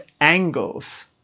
angles